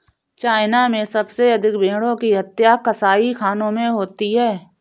China में सबसे अधिक भेंड़ों की हत्या कसाईखानों में होती है